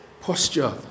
posture